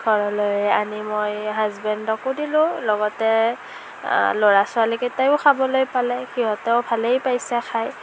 ঘৰলৈ আনি মই হাজবেণ্ডকো দিলোঁ লগতে ল'ৰা ছোৱালীকেইটায়ো খাবলৈ পালে সিহঁতেও ভালেই পাইছে খাই